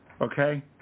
okay